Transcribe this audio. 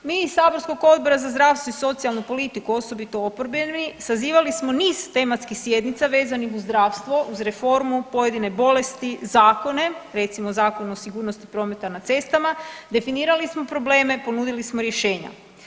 Mi iz saborskog Odbora za zdravstvo i socijalnu politiku osobito oporbeni sazivali smo niz tematskih sjednica vezanih uz zdravstvo, uz reformu, pojedine bolesti, zakone, recimo Zakon o sigurnosti prometa na cestama, definirali smo probleme, ponudili smo rješenja.